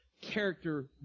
character